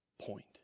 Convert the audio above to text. point